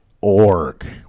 org